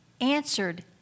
answered